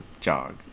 jog